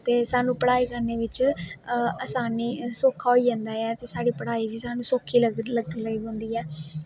ते स्हानू पढ़ाई करने बिच्च आसानी सौक्खा होई जंदा ऐ ते साढ़ी पढ़ाई बी स्हानू सौक्खी लग्गन लगी पौंदी ऐ